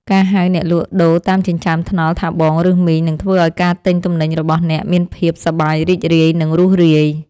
ការហៅអ្នកលក់ដូរតាមចិញ្ចើមថ្នល់ថាបងឬមីងនឹងធ្វើឱ្យការទិញទំនិញរបស់អ្នកមានភាពសប្បាយរីករាយនិងរួសរាយ។